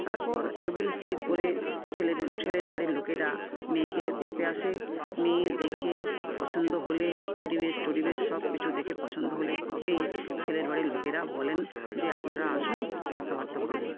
তারপর একদিন স্থির করে ছেলের বাড়ির লোকেরা মেয়েকে দেখতে আসে মেয়ে দেখে পছন্দ হলে পরিবেশ টরিবেশ সবকিছু দেখে পছন্দ হলে তবেই ছেলের বাড়ির লোকেরা বলেন যে আপনারা আসুন কথাবার্তা বলুন